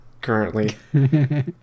currently